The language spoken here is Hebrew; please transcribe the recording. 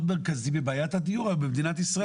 מרכזי היום בבעיית הדיור במדינת ישראל.